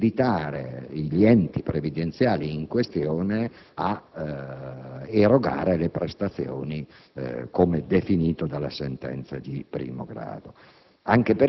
invitare gli enti previdenziali in questione a erogare le prestazioni, come definito dalle sentenze di primo grado,